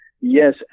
yes